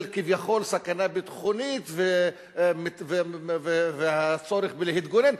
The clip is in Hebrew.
של כביכול סכנה ביטחונית והצורך להתגונן.